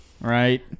Right